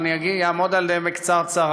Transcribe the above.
אבל אני אעמוד עליהם בקצרה,